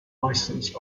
licensed